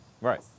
Right